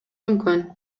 мүмкүн